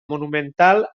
monumental